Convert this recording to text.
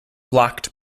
blocked